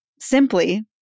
simply